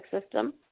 system